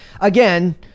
Again